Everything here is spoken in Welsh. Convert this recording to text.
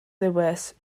lewis